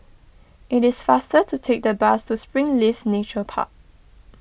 it is faster to take the bus to Springleaf Nature Park